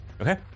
Okay